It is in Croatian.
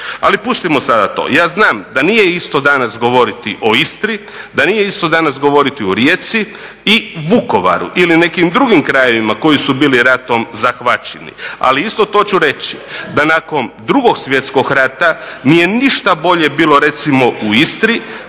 Ali pustimo sada to, ja znam da nije isto danas govoriti o Istri, da nije isto danas govoriti o Rijeci i Vukovaru, ili nekim drugim krajevima koji su bili ratom zahvaćeni. Ali isto to ću reći, da nakon 2. svjetskog rata nije ništa bolje bilo recimo u Istri